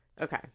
Okay